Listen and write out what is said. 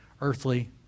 earthly